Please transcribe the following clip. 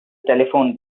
telephone